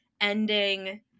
ending